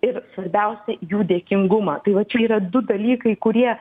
ir svarbiausia jų dėkingumą tai va čia yra du dalykai kurie